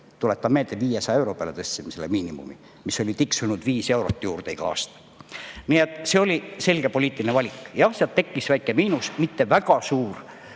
Tuletan meelde, et 500 euro peale me tõstsime miinimumi, kuhu oli tiksunud 5 eurot juurde iga aasta. Nii et see oli selge poliitiline valik. Jah, sealt tekkis väike miinus, mitte väga suur.